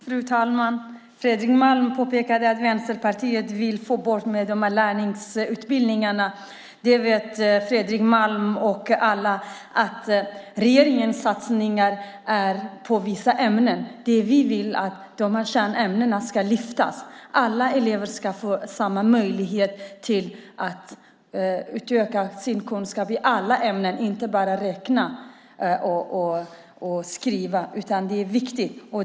Fru talman! Fredrik Malm påpekade att Vänsterpartiet vill få bort lärlingsutbildningarna. Fredrik Malm och alla andra vet att regeringens satsningar sker på vissa ämnen. Det vi vill är att kärnämnena ska lyftas. Alla elever ska få samma möjlighet att utöka sin kunskap i alla ämnen, och inte bara när det gäller att räkna och skriva. Detta är viktigt.